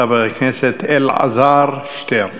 חבר הכנסת אלעזר שטרן.